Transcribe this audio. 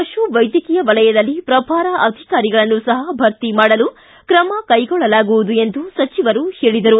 ಪಶು ವೈದ್ಯಕೀಯ ವಲಯದಲ್ಲಿ ಪ್ರಭಾರ ಅಧಿಕಾರಿಗಳನ್ನೂ ಸಹ ಭರ್ತಿ ಮಾಡಲು ಕ್ರಮ ಕೈಗೊಳ್ಳಲಾಗುವುದು ಎಂದು ಸಚಿವರು ಹೇಳಿದರು